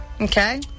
Okay